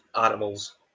animals